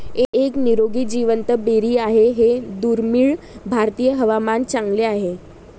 एक निरोगी जिवंत बेरी आहे हे दुर्मिळ भारतीय हवामान चांगले आहे